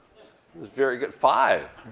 this is very good. five,